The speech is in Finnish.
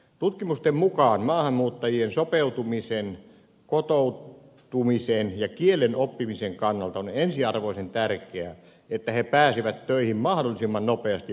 tutkimusten mukaan maahanmuuttajien sopeutumisen kotoutumisen ja kielen oppimisen kannalta on ensiarvoisen tärkeää että he pääsevät töihin mahdollisimman nopeasti maahantulonsa jälkeen